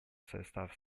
состав